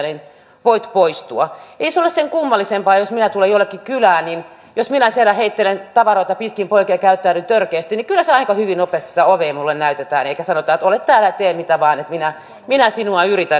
ei se ole sen kummallisempaa kuin että jos minä tulen jollekin kylään niin jos minä siellä heittelen tavaroita pitkin poikin ja käyttäydyn törkeästi niin kyllä siellä aika nopeasti sitä ovea minulle näytetään eikä sanota että ole täällä ja tee mitä vain että minä sinua yritän ymmärtää